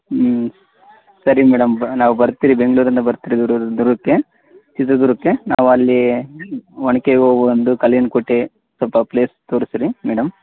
ಹೂಂ ಸರಿ ಮೇಡಮ್ ಬ ನಾವು ಬರ್ತೀವಿ ಬೆಂಗಳೂರಿಂದ ಬರ್ತೀವಿ ದುರ್ಗಕ್ಕೆ ಚಿತ್ರದುರ್ಗಕ್ಕೆ ನಾವಲ್ಲಿ ಒನಕ್ಕೆ ಓಬವ್ವನದು ಕಲ್ಲಿನಕೋಟೆ ಸ್ವಲ್ಪ ಪ್ಲೇಸ್ ತೋರಿಸ್ರೀ ಮೇಡಮ್